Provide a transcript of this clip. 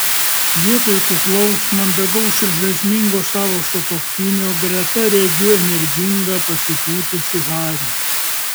vietoj kuklaus mandagaus ir žaismingo savo sutuoktinio greta regiu energingą pasipūtusį harį